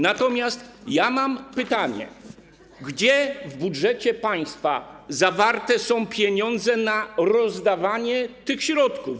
Natomiast mam pytanie: Gdzie w budżecie państwa zawarte są pieniądze na rozdawanie tych środków?